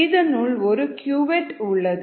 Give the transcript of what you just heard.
இதனுள் ஒரு கியூவெட் உள்ளது